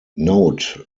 note